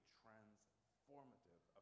transformative